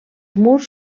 murs